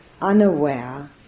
unaware